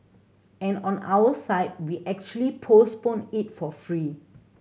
and on our side we actually postpone it for free